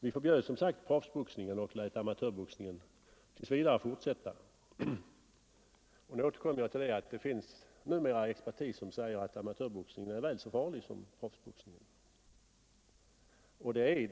Vi förbjöd alltså proffsboxningen och lät amatörboxningen fortsätta tills vidare. Men det finns numera medicinsk expertis som säger att amatörboxning är väl så farlig som proffsboxning.